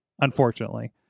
unfortunately